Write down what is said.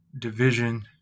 division